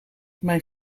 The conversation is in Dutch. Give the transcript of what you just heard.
mijn